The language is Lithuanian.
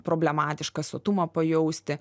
problematiška sotumą pajausti